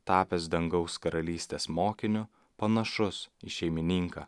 tapęs dangaus karalystės mokiniu panašus į šeimininką